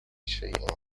شيء